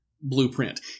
blueprint